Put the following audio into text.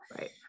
Right